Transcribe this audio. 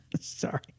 Sorry